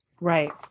Right